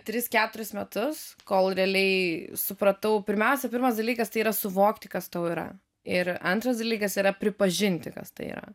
tris keturis metus kol realiai supratau pirmiausia pirmas dalykas tai yra suvokti kas tau yra ir antras dalykas yra pripažinti kas tai yra